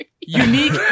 Unique